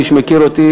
מי שמכיר אותי,